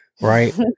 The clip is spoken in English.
right